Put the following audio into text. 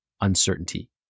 uncertainty